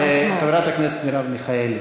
לא, חברת הכנסת מרב מיכאלי,